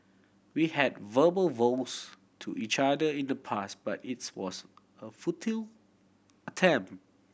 we had verbal vows to each other in the past but it's was a futile attempt